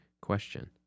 question